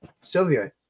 Sylvia